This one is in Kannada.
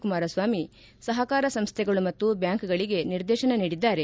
ಕುಮಾರಸ್ವಾಮಿ ಸಹಕಾರ ಸಂಸ್ಟೆಗಳು ಮತ್ತು ಬ್ಯಾಂಕ್ಗಳಿಗೆ ನಿರ್ದೇಶನ ನೀಡಿದ್ದಾರೆ